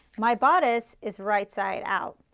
my bodice is right side out.